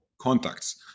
contacts